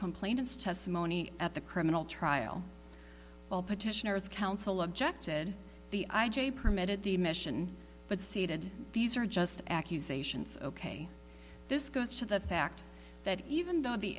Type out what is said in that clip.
complainants testimony at the criminal trial all petitioners counsel objected the i j a permitted the mission but seated these are just accusations ok this goes to the fact that even though the